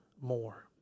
more